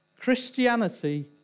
Christianity